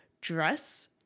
dress